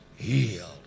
healed